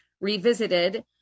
revisited